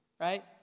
Right